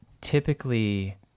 typically